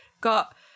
got